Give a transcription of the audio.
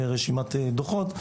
לרשימת דוחות,